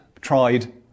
tried